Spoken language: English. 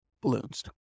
balloons